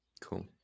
Cool